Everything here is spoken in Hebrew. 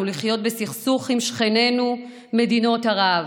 לחיות בסכסוך עם שכנותינו מדינות ערב.